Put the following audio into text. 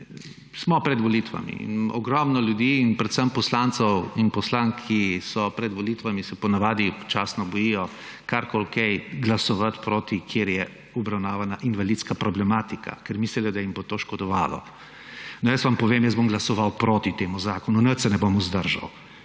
Smo pred volitvami in ogromno ljudi, predvsem poslancev in poslank, ki so pred volitvami, se ponavadi občasno bojijo karkoli kaj glasovati proti, kjer je obravnavana invalidska problematika, ker mislijo, da jim bo to škodovalo. Jaz vam povem, jaz bom glasoval proti temu zakonu, nič se ne bom vzdržal,